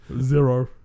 Zero